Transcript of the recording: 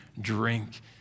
drink